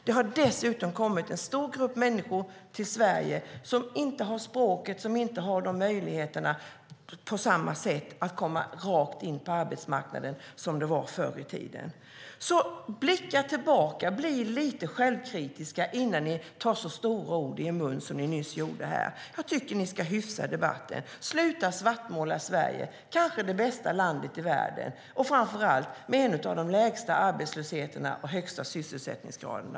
Det har dessutom kommit en stor grupp människor till Sverige som inte har språket eller samma möjligheter att komma rakt in på arbetsmarkanden som det fanns förr i tiden. Blicka alltså tillbaka och bli lite självkritiska innan ni tar så stora ord i er mun som ni nyss gjorde här. Jag tycker att ni ska hyfsa debatten. Sluta svartmåla Sverige, kanske det bästa landet i världen och framför allt ett land med en av de lägsta arbetslöshetsnivåerna och en av de högsta sysselsättningsgraderna.